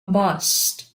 bust